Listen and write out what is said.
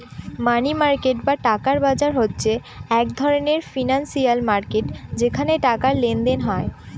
মানি market বা টাকার বাজার হচ্ছে এক ধরনের ফিনান্সিয়াল মার্কেট যেখানে টাকার লেনদেন হয়